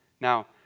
Now